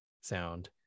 sound